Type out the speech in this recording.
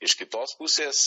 iš kitos pusės